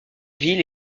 ville